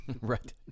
Right